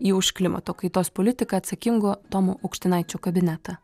į už klimato kaitos politiką atsakingo tomo aukštinaičio kabinetą